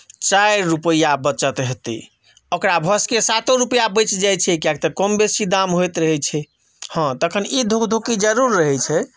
चारि रुपैआ बचत हेतै ओकरा भऽ सकैए सातो रुपैआ बचि जाइत छै किएक तऽ कम बेसी दाम होइत रहैत छै हँ तखन ई धुकधुकी जरूर रहैत छै